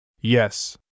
Yes